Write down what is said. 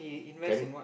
can